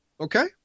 Okay